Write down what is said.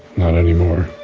not anymore